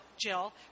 Jill